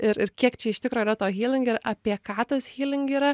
ir kiek čia iš tikro yra to hyling apie ką tas hyling yra